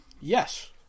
yes